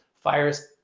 fires